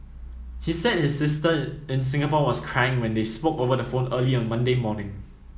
he said his sister in Singapore was crying when they spoke over the phone early Monday morning